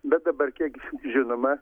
bet dabar kiek žinoma